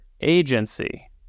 agency